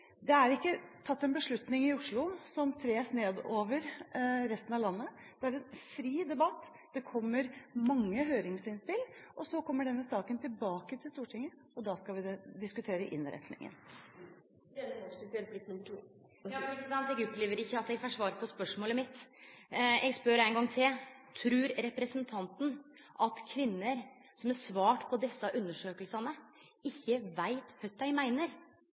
Det er ikke tatt en beslutning i Oslo som tres ned over resten av landet. Det er en fri debatt, det kommer mange høringsinnspill, og så kommer denne saken tilbake til Stortinget, og da skal vi diskutere innretningen. Eg opplever ikkje at eg får svar på spørsmålet mitt. Eg spør ein gong til: Trur representanten at kvinner som har svart på desse undersøkingane, ikkje veit kva dei meiner?